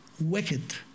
Wicked